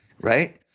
right